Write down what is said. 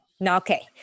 Okay